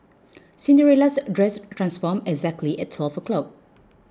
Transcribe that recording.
Cinderella's dress transformed exactly at twelve o' clock